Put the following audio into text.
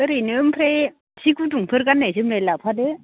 ओरैनो आमफ्राय सि गुदुंफोर गान्नाय जोमनाय लाफादो